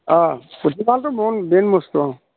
অঁ পুথিভঁৰালটো মেইন বস্তু অঁ